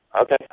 Okay